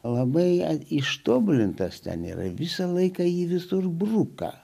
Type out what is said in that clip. labai ištobulintas ten yra visą laiką jį visur bruka